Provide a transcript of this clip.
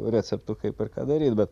receptų kaip ir ką daryt bet